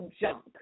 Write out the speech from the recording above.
junk